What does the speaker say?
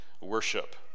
worship